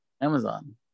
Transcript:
Amazon